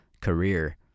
career